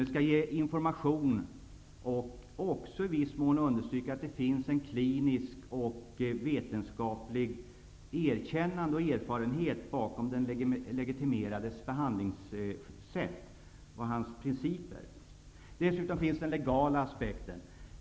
Den skall ge information och i viss mån även understryka att det finns ett kliniskt och vetenskapligt erkännande och en erfarenhet bakom den legitimerades behandlingssätt och dennes principer. Dessutom finns den legala aspekten.